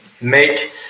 make